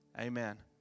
Amen